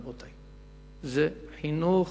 רבותי, וזה, חינוך.